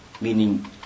Meaning